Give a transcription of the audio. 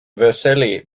vercelli